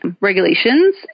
regulations